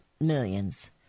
millions